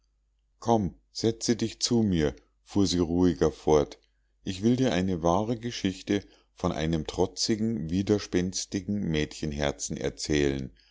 komm setze dich zu mir fuhr sie ruhiger fort ich will dir eine wahre geschichte von einem trotzigen widerspenstigen mädchenherzen erzählen